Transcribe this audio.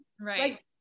right